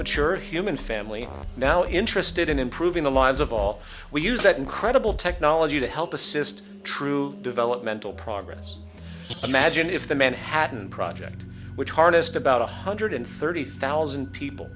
mature human family now interested in improving the lives of all we use that incredible technology to help assist true developmental progress imagine if the manhattan project which harnessed about one hundred thirty thousand people